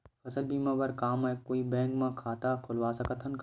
फसल बीमा बर का मैं कोई भी बैंक म खाता खोलवा सकथन का?